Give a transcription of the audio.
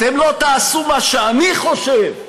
אתם לא תעשו מה שאני חושב,